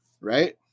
Right